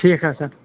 ٹھیٖک حظ سَر